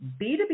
B2B